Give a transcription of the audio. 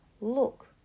Look